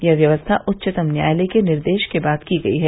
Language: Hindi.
यह व्यवस्था उच्चतम न्यायालय के निर्देश के बाद की गयी है